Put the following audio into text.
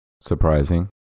Surprising